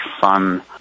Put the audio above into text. fun